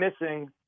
missing